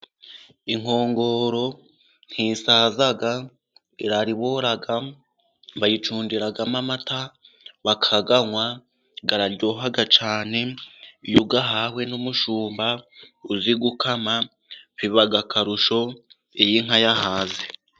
Inkongoro ntisaza iraribora bayicundiramo amata bakayanywa. Araryoha cyane iyo ugahawe n'umushumba uzi gukama. Biba akarusho iyo inka yahaze.